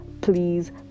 please